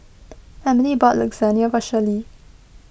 Emilee bought Lasagne for Shirley